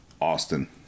Austin